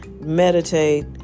meditate